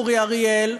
אורי אריאל,